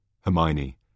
Hermione